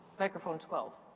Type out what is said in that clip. microphone twelve,